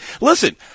listen